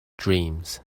dreams